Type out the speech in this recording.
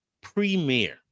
premier